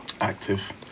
Active